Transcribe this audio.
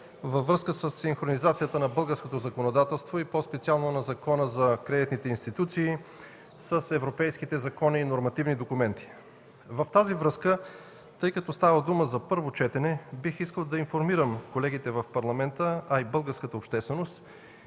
във връзка със синхронизацията на българското законодателство и по-специално на Закона за кредитните институции с европейските закони и нормативни документи. Във връзка с това, тъй като става дума за първо четене, бих искал да информирам колегите в Парламента, а и българската общественост,